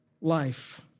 life